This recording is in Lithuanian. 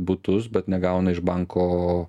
butus bet negauna iš banko